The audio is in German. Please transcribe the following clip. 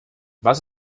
was